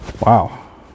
wow